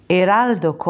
Eraldo